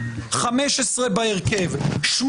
אגב, הבאתי את זה מחומרים --- גם נימקתי את זה.